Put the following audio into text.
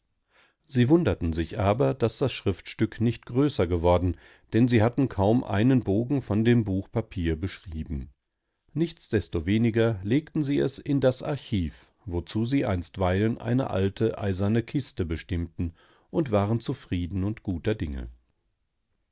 sie wunderten sich aber daß das schriftstück nicht größer geworden denn sie hatten kaum einen bogen von dem buch papier beschrieben nichtsdestoweniger legten sie es in das archiv wozu sie einstweilen eine alte eiserne kiste bestimmten und waren zufrieden und guter dinge